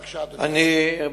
בבקשה, אדוני השר.